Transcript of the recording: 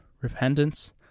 repentance